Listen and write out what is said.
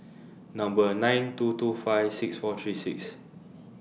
Number nine two two five six four three six